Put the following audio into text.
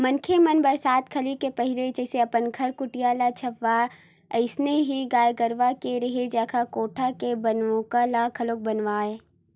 मनखे मन ह बरसात घरी के पहिली जइसे अपन घर कुरिया ल छावय अइसने ही गाय गरूवा के रेहे जघा कोठा के बनउका ल घलोक बनावय